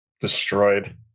destroyed